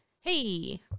hey